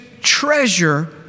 treasure